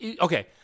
okay